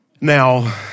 Now